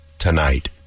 Tonight